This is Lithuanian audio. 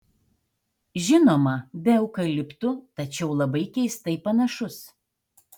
žinoma be eukaliptų tačiau labai keistai panašus